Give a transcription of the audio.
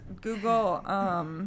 Google